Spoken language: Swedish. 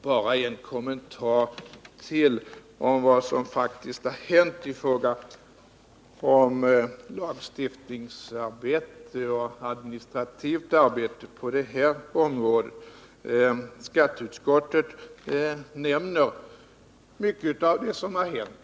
Bara ytterligare en kommentar om vad som faktiskt har skett i fråga om lagstiftningsarbete och administrativt arbete på det här området. Skatteutskottet redovisar mycket av vad som gjorts.